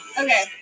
Okay